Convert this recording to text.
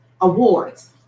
awards